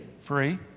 free